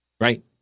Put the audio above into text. right